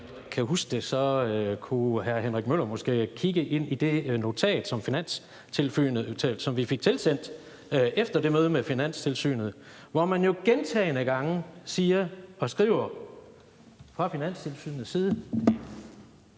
kan huske det, kunne hr. Henrik Møller måske kigge i det notat, som vi fik tilsendt fra Finanstilsynet efter det møde med Finanstilsynet, hvor man jo gentagne gange siger og skriver fra Finanstilsynets side: